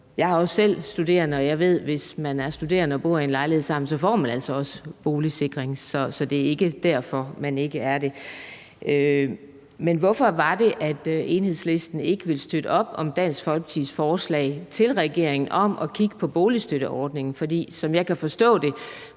selv til studerende, og jeg ved, at hvis man er studerende og bor i en lejlighed sammen, så får man altså også boligsikring. Så det er ikke derfor, man ikke får det. Men hvorfor var det, at Enhedslisten ikke ville støtte op om Dansk Folkepartis forslag til regeringen om at kigge på boligstøtteordningen? For som jeg kan forstå på